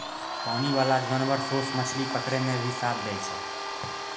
पानी बाला जानवर सोस मछली पकड़ै मे भी साथ दै छै